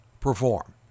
perform